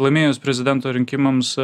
laimėjus prezidento rinkimams